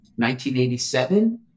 1987